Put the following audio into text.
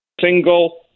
single